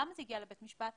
למה זה הגיע לבית המשפט?